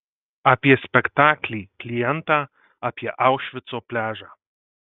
apie spektaklį klientą apie aušvico pliažą